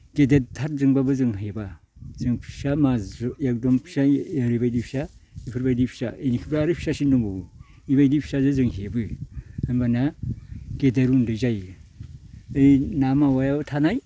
गिदिरथारजोंब्लाबो जों हेबा जों फिसा माजु एखदम फिसायै ओरैबायदि फिसा इफोरबायदि फिसा इनिख्रुइ आरो फिसासिन दंबावो इबायदि फिसाजो जों हेबो होमबाना गेदेर उन्दै जायो ओइ ना मावायाव थानाय